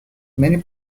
many